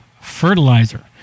fertilizer